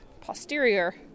posterior